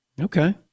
Okay